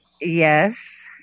Yes